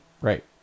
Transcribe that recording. Right